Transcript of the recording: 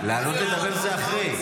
לעלות לדבר זה אחרי.